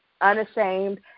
unashamed